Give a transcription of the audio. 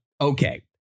okay